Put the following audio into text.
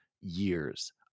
years